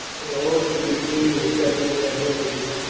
but all should be free to settle in their villages,